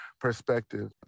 perspective